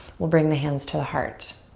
we'll bring the hands to the heart.